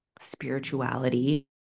spirituality